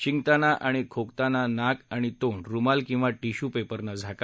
शिकताना किंवा खोकताना नाक आणि तोंड रुमाल किंवा टिश्यू पेपरनं झाका